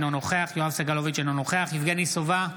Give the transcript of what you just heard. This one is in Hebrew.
אינו נוכח יואב סגלוביץ' אינו נוכח יבגני סובה,